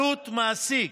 עלות מעסיק,